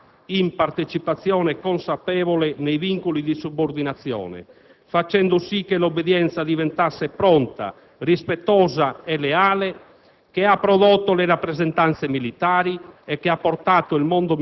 trasformando la concezione dell'obbedienza da assoluta in partecipazione consapevole nei vincoli di subordinazione, facendo sì che l'obbedienza diventasse pronta, rispettosa e leale,